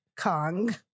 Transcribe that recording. kong